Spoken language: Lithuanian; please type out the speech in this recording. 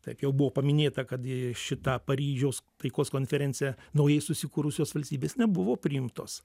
taip jau buvo paminėta kad į šitą paryžiaus taikos konferenciją naujai susikūrusios valstybės nebuvo priimtos